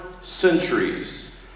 centuries